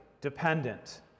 dependent